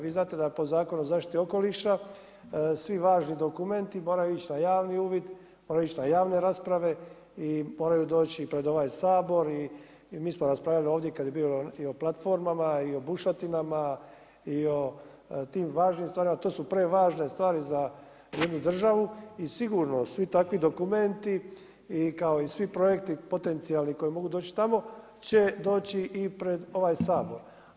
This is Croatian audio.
Vi znate da po Zakonu o zaštiti okoliša, svi važni dokumenti moraju ići na javni uvid, moraju ići na javne rasprave i moraju doći pred ovaj Sabor i mi smo raspravljali ovdje kad je bilo i o platformama i o bušotinama i o tim važnim stvarima, to su prevažne stvari za jednu državu i sigurno svi takvi dokumenti i kao i svi projekti potencijalni, koji mogu doći tamo će doći i pred ovaj Sabor.